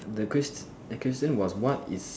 the question the question was what is